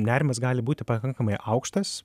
nerimas gali būti pakankamai aukštas